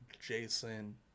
Jason